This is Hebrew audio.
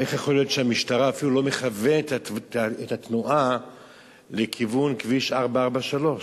איך יכול להיות שהמשטרה אפילו לא מכוונת את התנועה לכיוון כביש 443?